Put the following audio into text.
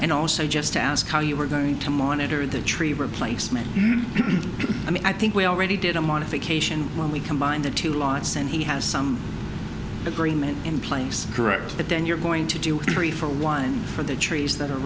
and also just ask how you were going to monitor the tree replacement i mean i think we already did a modification when we combined the two lots and he has some agreement in place correct but then you're going to do three for one for the trees that are